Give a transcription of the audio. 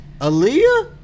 Aaliyah